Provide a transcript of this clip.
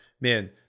man